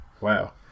Wow